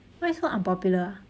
why so unpopular ah